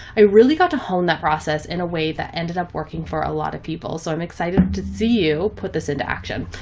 i really got to hone that process in a way that ended up working for a lot of people. so i'm excited to see you put this into action.